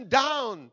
down